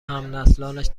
همنسلانش